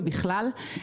ובכלל.